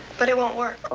but it won't work.